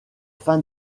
fin